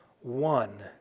one